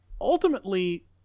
ultimately